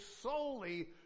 solely